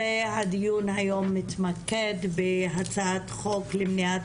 והדיון היום מתמקד בהצעת חוק למניעת